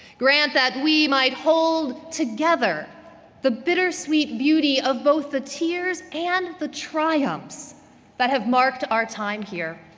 grant that we might hold together the bittersweet beauty of both the tears and the triumphs that have marked our time here.